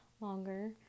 longer